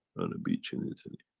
and a beach in italy.